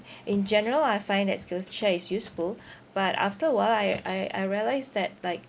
in general I find that skillshare is useful but after a while I I I realised that like